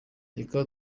reka